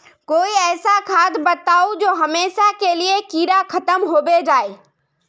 कोई ऐसा खाद बताउ जो हमेशा के लिए कीड़ा खतम होबे जाए?